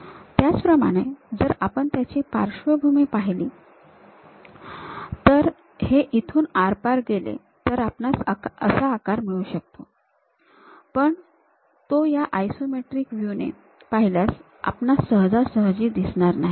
त्याचप्रमाणे जर आपण त्याची पार्शवभूमी पहिली तर जर हे इथून आरपार गेले तर आपणास असा आकार मिळू शकतो पण तो या आयसोमेट्रिक व्ह्यू ने पाहिल्यास आपणास सहजासहजी दिसणार नाही